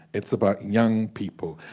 it's about young people.